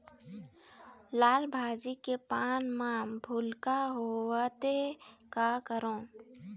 लाल भाजी के पान म भूलका होवथे, का करों?